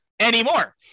anymore